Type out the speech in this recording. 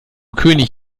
könig